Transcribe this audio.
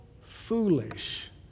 foolish